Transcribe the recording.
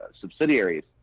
subsidiaries